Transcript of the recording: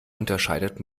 unterscheidet